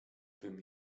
bym